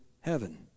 heaven